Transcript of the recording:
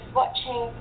watching